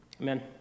Amen